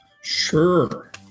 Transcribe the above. Sure